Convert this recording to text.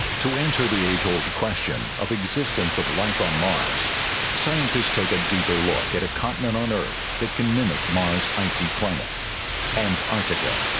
to answer the age-old question of existence of life on mars scientists take a deeper look at a continent on earth that can mimic mars. icy climate and antarctica